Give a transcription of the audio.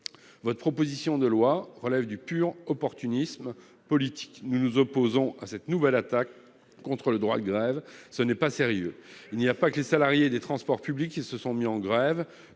Votre proposition de loi relève du pur opportunisme politique. Nous nous opposons à cette nouvelle attaque contre le droit de grève. Ce n'est pas sérieux ! Il n'y a pas que les salariés des transports publics qui se sont mis en grève